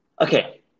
Okay